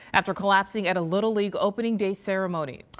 after collapsing at a little league opening day ceremony.